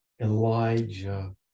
Elijah